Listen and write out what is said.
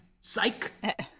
Psych